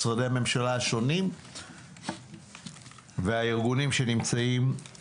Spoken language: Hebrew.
משרדי הממשלה השונים והארגונים תחתם.